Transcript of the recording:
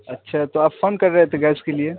اچھا تو آپ فون کر رہے تھے گیس کے لیے